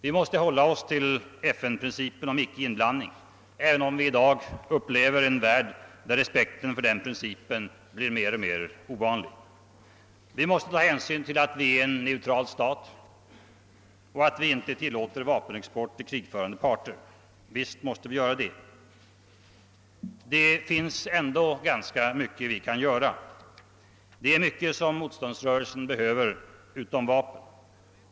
Vi måste hålla oss till FN-principen om icke-inblandning, även om vi i dag upplever en värld där respekten för den principen blir mer och mer ovanlig. Vi måste ta hänsyn till att Sverige är en neutral stat och att vi inte tilllåter vapenexport till krigförande parter. Men det finns ändå mycket vi kan göra. Det är mycket som motståndsrörelsen behöver utom vapen.